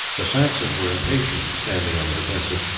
the saxons were impatient at standing on the defensive,